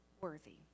worthy